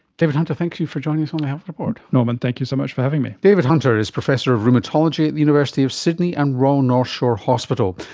david hunter, thank you for joining us on the health report. norman, thank you so much for having me. david hunter is professor of rheumatology at the university of sydney and royal north shore hospital.